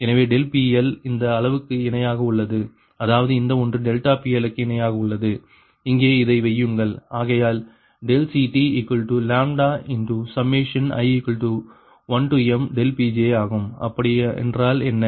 எனவே PL இந்த அளவுக்கு இணையாக உள்ளது அதாவது இந்த ஒன்று டெல்டா PL க்கு இணையாக உள்ளது இங்கே இதை வையுங்கள் ஆகையால் CTλi1m Pgi ஆகும் அப்படியென்றால் என்ன